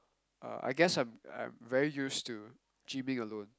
uh I guess I'm I'm very used to gymming alone